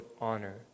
honor